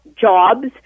jobs